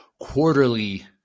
quarterly